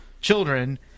children